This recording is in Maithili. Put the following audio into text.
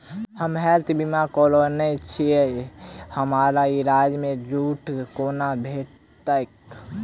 हम हेल्थ बीमा करौने छीयै हमरा इलाज मे छुट कोना भेटतैक?